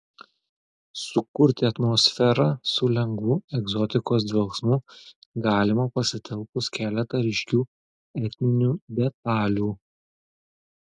sukurti atmosferą su lengvu egzotikos dvelksmu galima pasitelkus keletą ryškių etninių detalių